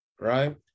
right